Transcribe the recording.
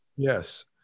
Yes